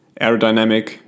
aerodynamic